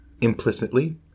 implicitly